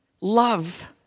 love